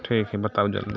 ठीक हइ बताउ जल्दी